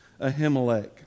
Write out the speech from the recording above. Ahimelech